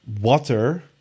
water